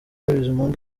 bizimungu